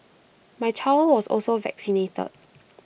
my child was also vaccinated